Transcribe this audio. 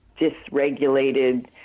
dysregulated